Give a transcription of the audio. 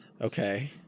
Okay